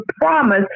promise